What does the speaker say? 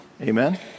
Amen